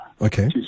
Okay